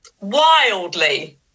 wildly